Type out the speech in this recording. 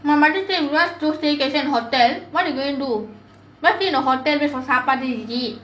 my mother say why staycation in hotel what you going to do why stay in hotel going for சாப்பாடு:saapaadu is it